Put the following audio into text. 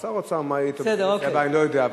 אז שר האוצר, מה יהיה, עדיין לא יודע.